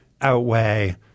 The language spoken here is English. outweigh